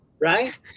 right